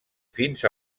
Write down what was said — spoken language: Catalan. fins